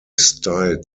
styled